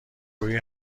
گویی